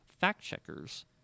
fact-checkers